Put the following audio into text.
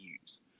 use